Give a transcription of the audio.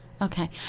Okay